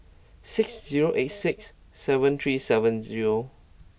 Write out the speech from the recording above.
six zero eight six seven three seven zero